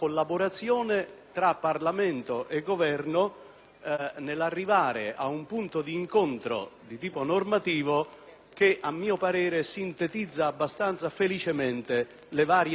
nell'arrivare a un punto di incontro di tipo normativo che, a mio parere, sintetizza abbastanza felicemente le varie istanze che possono essere proposte.